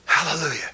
Hallelujah